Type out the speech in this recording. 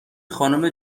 خانم